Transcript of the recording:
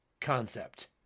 concept